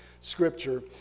scripture